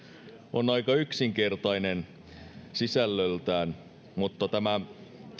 on aika yksinkertainen sisällöltään mutta tämä